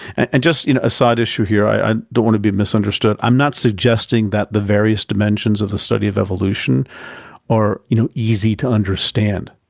and just you know a side issue here, i don't want to be misunderstood. misunderstood. i'm not suggesting that the various dimensions of the study of evolution are, you know, easy to understand.